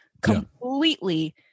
completely